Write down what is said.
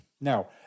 Now